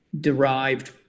derived